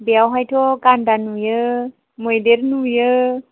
बेयावहायथ' गान्दा नुयो मैदेर नुयो